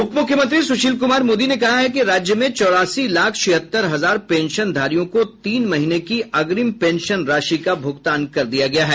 उप मूख्यमंत्री सुशील कुमार मोदी ने कहा है कि राज्य में चौरासी लाख छिहत्तर हजार पेंशनधारियों को तीन महीने की अग्रिम पेंशन राशि का भुगतान कर दिया गया है